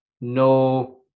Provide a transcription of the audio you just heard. no